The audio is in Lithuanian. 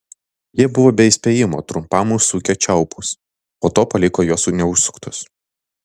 jie buvo be įspėjimo trumpam užsukę čiaupus po to paliko juos neužsuktus